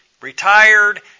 retired